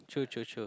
true true true